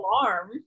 alarm